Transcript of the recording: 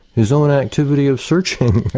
his own activity of searching.